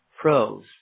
pros